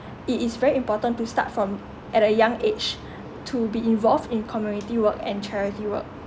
it is very important to start from at a young age to be involved in community work and charity work